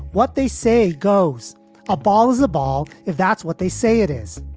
what they say goes a ball is the ball. if that's what they say it is,